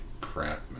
crap